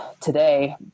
today